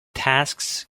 tasks